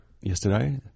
yesterday